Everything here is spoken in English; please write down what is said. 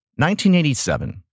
1987